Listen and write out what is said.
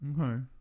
Okay